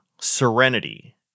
serenity